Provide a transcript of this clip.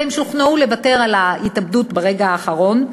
והם שוכנעו לוותר על ההתאבדות ברגע האחרון.